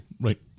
Right